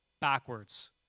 backwards